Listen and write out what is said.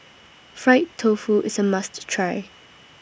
Fried Tofu IS A must Try